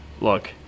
look